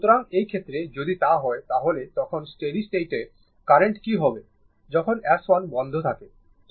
সুতরাং এই ক্ষেত্রে যদি তা হয় তাহলে তখন স্টেডি স্টেট কারেন্ট কী হবে যখন S1 বন্ধ থাকে তখন এটি i ∞ হবে